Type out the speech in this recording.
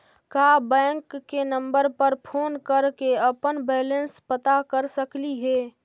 का बैंक के नंबर पर फोन कर के अपन बैलेंस पता कर सकली हे?